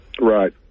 Right